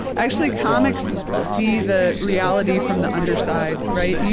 actually, comics see the reality from the underside, right?